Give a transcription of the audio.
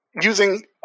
using